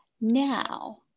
now